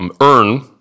earn